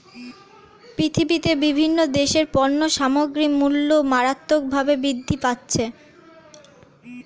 পৃথিবীতে বিভিন্ন দেশের পণ্য সামগ্রীর মূল্য মারাত্মকভাবে বৃদ্ধি পাচ্ছে